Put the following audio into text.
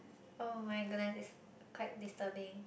oh-my-goodness it's quite disturbing